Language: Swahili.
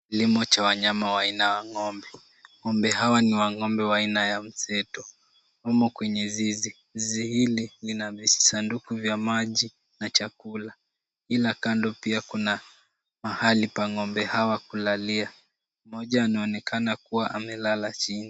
Kilimo cha wanyama wa aina ya ng'ombe. Ng'ombe hawa ni ng'ombe wa aina ya mseto. Wamo kwenye zizi. Zizi hili lina visanduku vya maji na chakula. Ila kando pia kuna mahali pa ng'ombe hao kulalia. Mmoja anaonekana kuwa amelala chini.